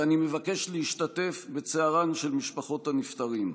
ואני מבקש להשתתף בצערן של משפחות הנפטרים.